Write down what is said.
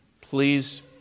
Please